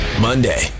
Monday